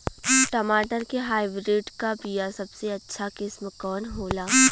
टमाटर के हाइब्रिड क बीया सबसे अच्छा किस्म कवन होला?